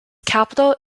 capital